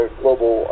global